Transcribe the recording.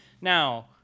Now